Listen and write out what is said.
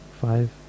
five